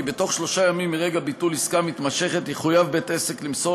כי בתוך שלושה ימים מרגע ביטול עסקה מתמשכת יחויב בית-העסק למסור